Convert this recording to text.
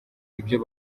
ibyo